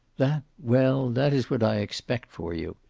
that well, that is what i expect for you.